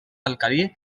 alcalí